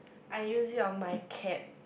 I use it on my cat